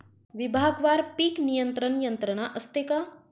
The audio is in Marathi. विभागवार पीक नियंत्रण यंत्रणा असते का?